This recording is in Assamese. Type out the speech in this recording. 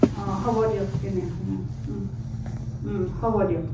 অঁ হ'ব দিয়ক তেনেহ'লে হ'ব দিয়ক